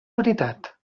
veritat